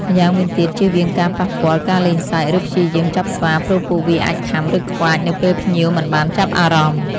ម្យ៉ាងវិញទៀត ជៀសវាងការប៉ះពាល់ ការលេងសើច ឬព្យាយាមចាប់ស្វា ព្រោះពួកវាអាចខាំ ឬខ្វាចនៅពេលភ្ញៀវមិនបានចាប់អារម្មណ៍។